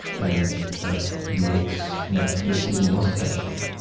and that makes netflix even more special